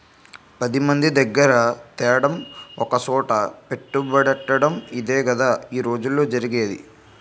పదిమంది దగ్గిర తేడం ఒకసోట పెట్టుబడెట్టటడం ఇదేగదా ఈ రోజుల్లో జరిగేది